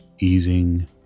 easing